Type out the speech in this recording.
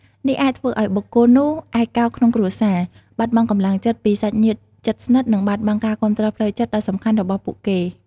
នេះអាចធ្វើឲ្យបុគ្គលនោះឯកោក្នុងគ្រួសារ បាត់បង់កម្លាំងចិត្តពីសាច់ញាតិជិតស្និទ្ធ និងបាត់បង់ការគាំទ្រផ្លូវចិត្តដ៏សំខាន់របស់ពួកគេ។